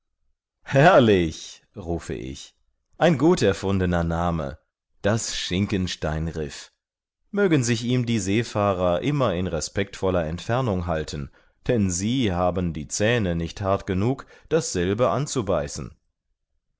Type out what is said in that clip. herrlich rufe ich ein gut erfundener name das schinkenstein riff mögen sich ihm die seefahrer immer in respektvoller entfernung halten denn sie haben die zähne nicht hart genug dasselbe anzubeißen